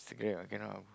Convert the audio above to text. Instagram ah cannot ah bro